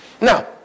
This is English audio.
Now